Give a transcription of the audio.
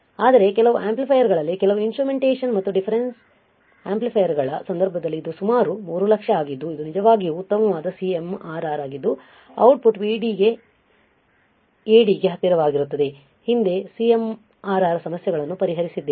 ಆದರೆ ಕೆಲವು ಆಂಪ್ಲಿಫೈಯರ್ಗಳಲ್ಲಿ ಕೆಲವು ಇನ್ಸ್ಟ್ರುಮೆಂಟೇಶನ್ ಮತ್ತು ಡಿಫರೆನ್ಸ್ ಆಂಪ್ಲಿಫೈಯರ್ಗಳ ಸಂದರ್ಭದಲ್ಲಿ ಇದು ಸುಮಾರು 300000 ಆಗಿದ್ದು ಇದು ನಿಜವಾಗಿಯೂ ಉತ್ತಮವಾದ CMRR ಆಗಿದ್ದು ಔಟ್ಪುಟ್ VD ಗೆ AD ಗೆ ಹತ್ತಿರವಾಗಿರುತ್ತದೆ ಹಿಂದೆ CMRR ಸಮಸ್ಯೆಗಳನ್ನು ಪರಿಹರಿಸಿದ್ದೇವೆ